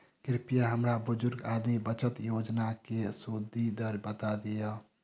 कृपया हमरा बुजुर्ग आदमी बचत योजनाक सुदि दर बता दियऽ